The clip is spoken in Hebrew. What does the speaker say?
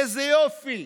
איזה יופי.